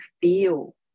feel